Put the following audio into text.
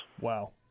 Wow